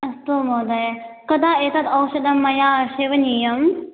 अस्तु महोदय कदा एतत् औषधं मया सेवनीयम्